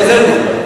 חוזר בי.